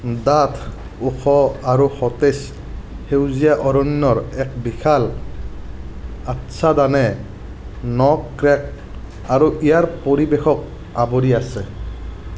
ডাঠ ওখ আৰু সতেজ সেউজীয়া অৰণ্যৰ এক বিশাল আচ্ছাদনে ন'ক্ৰেক আৰু ইয়াৰ পৰিৱেশক আৱৰি আছে